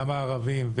גם הערבים,